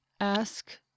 ask